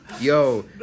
yo